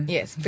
Yes